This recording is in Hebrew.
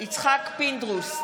יצחק פינדרוס,